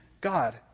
God